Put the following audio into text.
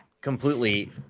completely